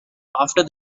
after